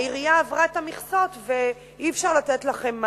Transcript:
העירייה עברה את המכסות ואי-אפשר לתת לכם מענה.